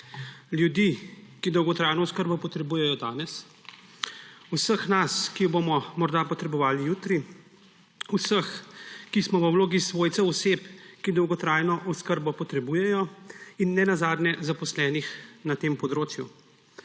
ljudi, ki dolgotrajno oskrbo potrebujejo danes, vseh nas, ki jo bomo morda potrebovali jutri, vseh, ki smo v vlogi svojcev oseb, ki dolgotrajno oskrbo potrebujejo, in nenazadnje zaposlenih na tem področju.